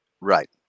right